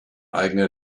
eigene